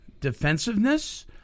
defensiveness